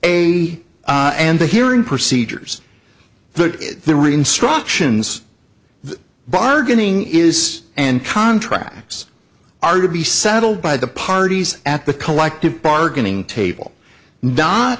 a and the hearing procedures that there were instructions bargaining is an contracts are to be settled by the parties at the collective bargaining table d